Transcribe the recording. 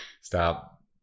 stop